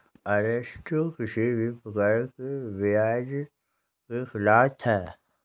अरस्तु किसी भी प्रकार के ब्याज के खिलाफ था